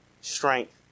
strength